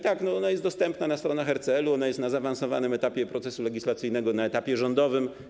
Tak, ona jest dostępna na stronach RCL-u, ona jest na zaawansowanym etapie procesu legislacyjnego, na etapie rządowym.